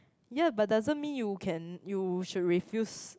ya but doesn't you can you should refuse